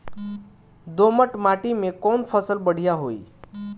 दोमट माटी में कौन फसल बढ़ीया होई?